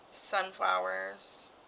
sunflowers